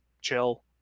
chill